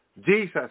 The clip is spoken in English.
Jesus